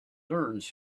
learns